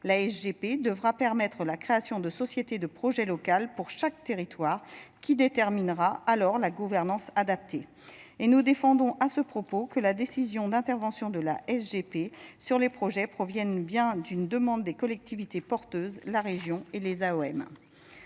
F. G P devra permettre la création de sociétés de projets locales pour chaque territoire qui déterminera la gouvernance adaptée et nous ne défendons à ce propos que la décision d'intervention de la G P sur les projets proviennent bien d'une demande des collectivités porteuses la région et les M.